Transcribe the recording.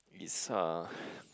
is ah